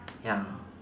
ya